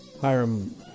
Hiram